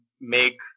make